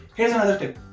here's another tip.